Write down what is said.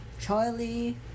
Charlie